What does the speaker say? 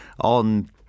on